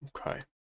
Okay